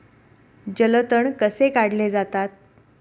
जलतण कसे काढले जातात?